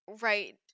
right